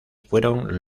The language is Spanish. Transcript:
fueron